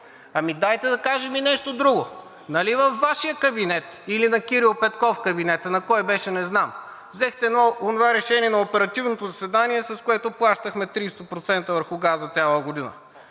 Дайте да кажем и нещо друго. Нали във Вашия кабинет или кабинета на Кирил Петков – на кой беше не знам, взехте онова решение на оперативното заседание, с което плащахме 30% върху газа за цяла година